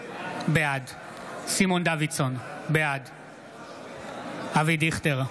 בעד סימון דוידסון, בעד אבי דיכטר,